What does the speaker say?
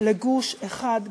לגוש אחד גדול,